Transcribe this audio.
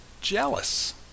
jealous